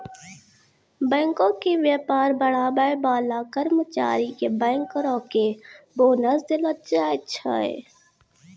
बैंको के व्यापार बढ़ाबै बाला कर्मचारी के बैंकरो के बोनस देलो जाय छै